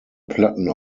platten